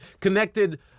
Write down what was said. connected